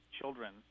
children